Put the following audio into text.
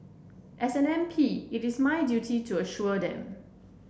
as an M P it is my duty to assure them